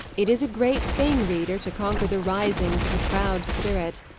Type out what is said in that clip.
it is a great thing, reader, to conquer the risings of a proud spirit!